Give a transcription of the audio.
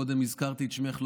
קודם הזכרתי את שמך,